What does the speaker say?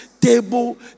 table